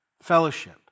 Fellowship